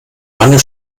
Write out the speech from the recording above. meiner